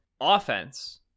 Offense